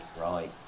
Right